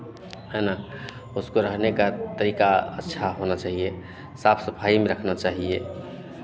हैं ना उसको रहने का तरीका अच्छा होना चहिए साफ सफाई में रखना चाहिए